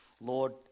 Lord